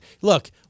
Look